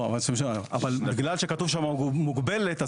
בגלל שכתוב שם מוגבלת,